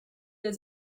der